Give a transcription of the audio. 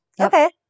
okay